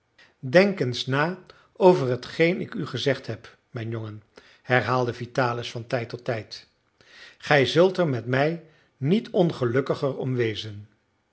denk eens na over hetgeen ik u gezegd heb mijn jongen herhaalde vitalis van tijd tot tijd gij zult er met mij niet ongelukkiger om wezen